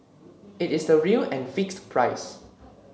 it is the real and fixed price